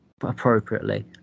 Appropriately